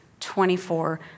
24